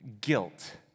guilt